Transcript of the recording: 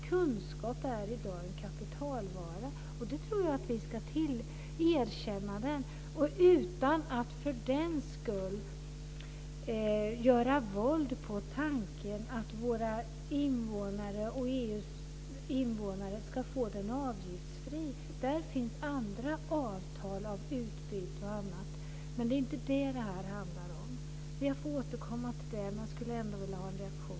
Kunskap är i dag en kapitalvara, och då tror jag att vi ska erkänna det - utan att för den skull göra våld på tanken att våra och EU:s invånare ska få den avgiftsfritt. Där finns andra avtal om utbyte och annat, men det är inte det detta handlar om. Jag får återkomma till det, men jag skulle ändå vilja ha en reaktion på detta.